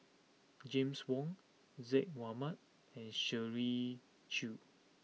James Wong Zaqy Mohamad and Shirley Chew